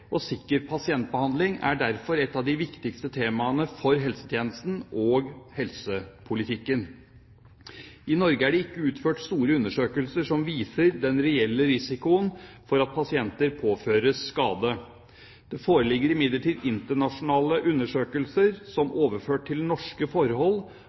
og sikker pasientbehandling er derfor et av de viktigste temaene for helsetjenesten og helsepolitikken. I Norge er det ikke utført store undersøkelser som viser den reelle risikoen for at pasienter påføres skade. Det foreligger imidlertid internasjonale undersøkelser som overført til norske forhold